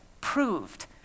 proved